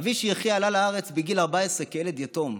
אבי, שיחיה, עלה לארץ בגיל 14 כילד יתום.